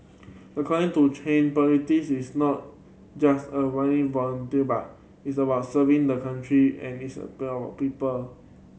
according to Chan politics is not just a winning vote but its about serving the country and its people